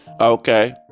okay